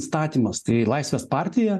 statymas tai laisvės partija